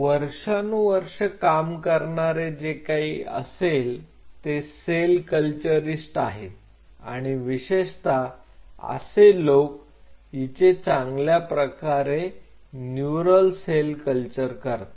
वर्षानुवर्षे काम करणारे जे काही असेल ते सेल कल्चरिस्ट आहेत आणि विशेषता असे लोक हिचे चांगल्याप्रकारे न्युरल सेल कल्चर करतात